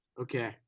Okay